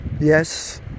yes